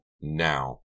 Now